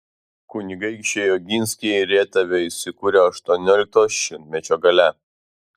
kunigaikščiai oginskiai rietave įsikūrė aštuoniolikto šimtmečio gale